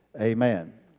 amen